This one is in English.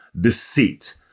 deceit